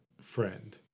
friend